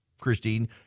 Christine